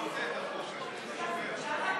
טוב.